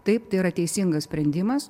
taip tai yra teisingas sprendimas